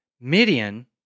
Midian